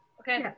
okay